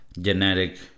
genetic